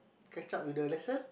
catch up with the lesson